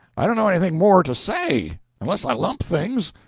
i don't know anything more to say unless i lump things,